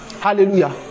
Hallelujah